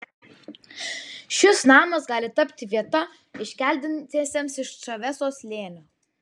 šis namas gali tapti vieta iškeldintiesiems iš čaveso slėnio